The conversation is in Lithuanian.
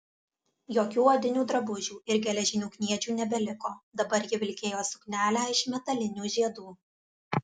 jokių odinių drabužių ir geležinių kniedžių nebeliko dabar ji vilkėjo suknelę iš metalinių žiedų